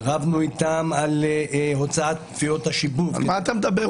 רבנו איתם על הוצאת תביעות השיבוב --- על מה אתה מדבר?